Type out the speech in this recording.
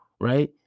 right